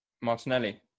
Martinelli